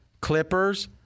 Clippers